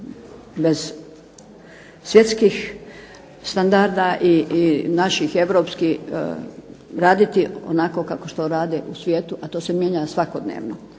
bez svjetskih standarda i naših europskih raditi onako kako što rade u svijetu, a to se mijenja svakodnevno.